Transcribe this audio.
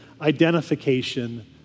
identification